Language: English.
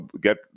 get